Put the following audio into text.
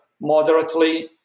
moderately